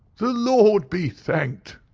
the lord be thanked!